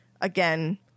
Again